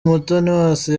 umutoniwase